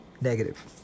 negative